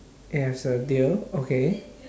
it has a tail okay